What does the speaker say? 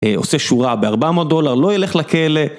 עושה שורה ב-400 דולר, לא ילך לכלא.